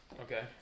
okay